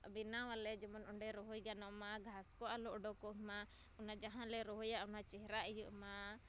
ᱵᱮᱱᱟᱣᱟᱞᱮ ᱡᱮᱱᱚᱢ ᱚᱸᱰᱮ ᱨᱚᱦᱚᱭ ᱜᱟᱱᱚᱜ ᱢᱟ ᱜᱷᱟᱥᱠᱚ ᱟᱞᱚ ᱚᱰᱳᱠᱚᱜ ᱢᱟ ᱚᱱᱟ ᱡᱟᱦᱟᱸᱞᱮ ᱨᱚᱦᱚᱭᱟ ᱚᱱᱟ ᱪᱮᱦᱨᱟ ᱤᱭᱟᱹᱜ ᱢᱟ